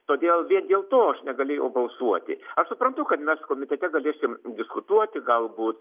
todėl vien dėl to aš negalėjau balsuoti aš suprantu kad mes komitete galėsim diskutuoti galbūt